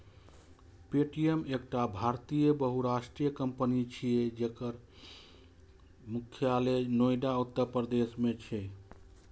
Paytm एकटा भारतीय बहुराष्ट्रीय कंपनी छियै, जकर मुख्यालय नोएडा, उत्तर प्रदेश मे छै